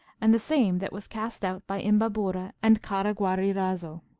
and the same that was cast out by imbabura and caraguairazo.